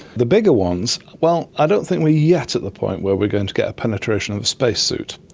the bigger ones, well, i don't think we are yet at the point where we are going to get a penetration of a space suit,